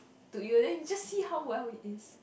to you then you just see how well it is